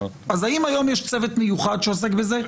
אז האם היום יש צוות מיוחד שעוסק בזה?